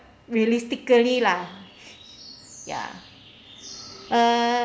realistically lah ya uh